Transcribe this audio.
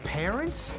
parents